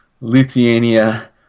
Lithuania